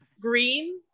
green